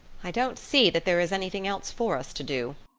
i don't see that there is anything else for us to do,